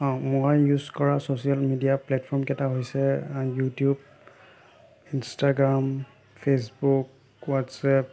অঁ মই ইউজ কৰা ছ'চিয়েল মিডিয়া প্লেটফৰ্মকেইটা হৈছে ইউটিউব ইনষ্টাগ্ৰাম ফে'চবুক হোৱাটছএপ